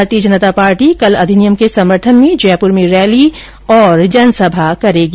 भारतीय जनता पार्टी कल अधिनियम के समर्थन में जयपूर में रैली और जनसभा करेगी